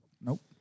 Nope